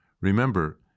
Remember